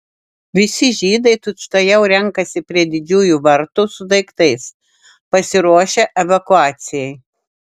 visi žydai tučtuojau renkasi prie didžiųjų vartų su daiktais pasiruošę evakuacijai